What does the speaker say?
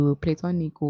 platonic